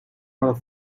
not